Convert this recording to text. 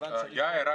יאיר,